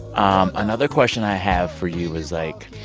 um another question i have for you is, like,